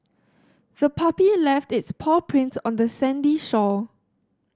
the puppy left its paw prints on the sandy shore